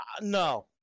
No